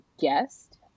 guest